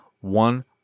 one